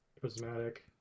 Prismatic